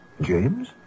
James